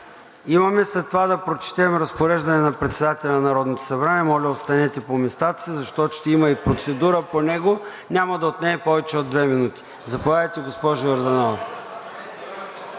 имаме да прочетем разпореждане на председателя на Народното събрание, моля, останете по местата си, защото ще има и процедура по него. Няма да отнеме повече от две минути. Имаме три заявки